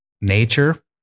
nature